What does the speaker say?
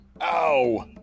Ow